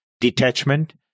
detachment